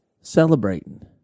celebrating